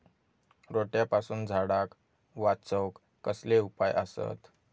रोट्यापासून झाडाक वाचौक कसले उपाय आसत?